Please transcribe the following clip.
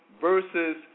versus